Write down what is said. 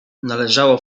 należało